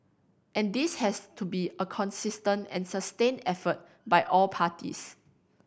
and this has to be a consistent and sustained effort by all parties